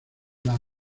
las